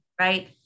right